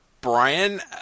Brian